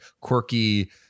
quirky